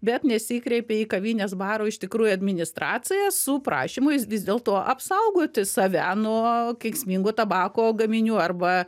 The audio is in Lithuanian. bet nesikreipė į kavinės baro iš tikrųjų administraciją su prašymu jis vis dėlto apsaugoti save nuo kenksmingų tabako gaminių arba